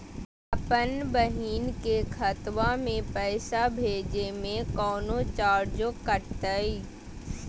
अपन बहिन के खतवा में पैसा भेजे में कौनो चार्जो कटतई?